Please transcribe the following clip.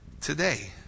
today